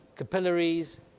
capillaries